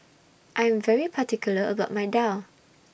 I Am very particular about My Daal